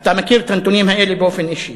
אתה מכיר את הנתונים האלה באופן אישי.